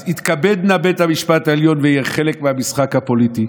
אז יתכבד נא בית המשפט העליון ויהיה חלק מהמשחק הפוליטי,